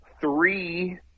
three